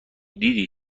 دیدی